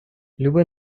люби